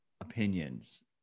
opinions